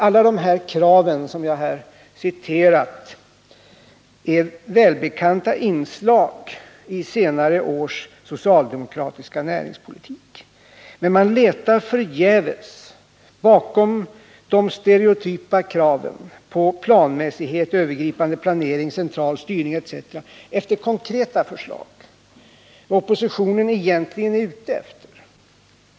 Alla de krav som jag här har citerat är välbekanta inslag i senare års socialdemokratiska näringspolitik. Men man letar förgäves bakom de stereotypa kraven på planm ghet, övergripande planering, central styrning etc. efter konkreta förslag och efter redovisning av vad oppositionen egentligen är ute efter.